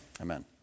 amen